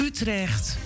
Utrecht